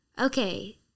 okay